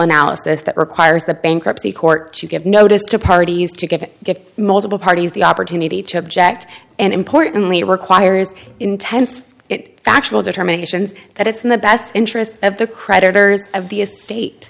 analysis that requires the bankruptcy court to give notice to parties to get get multiple parties the opportunity to object and importantly requires intense it factual determinations that it's in the best interests of the creditors of the estate